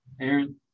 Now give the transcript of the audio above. Aaron